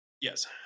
yes